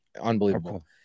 unbelievable